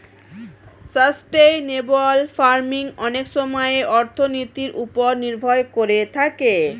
sustainable farming অনেক সময়ে অর্থনীতির ওপর নির্ভর করে থাকে